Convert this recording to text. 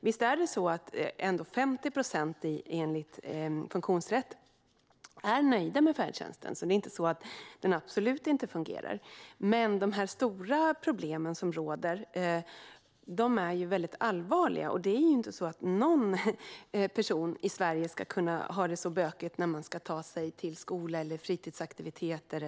Visst är det så att 50 procent enligt Funktionsrätt ändå är nöjda med färdtjänsten. Det är alltså inte så att den absolut inte fungerar. Men de stora problem som finns är mycket allvarliga. Det ska inte vara så bökigt för någon person i Sverige när man ska ta sig till och från skola eller fritidsaktiviteter.